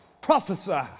prophesy